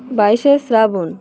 বাইশে শ্রাবণ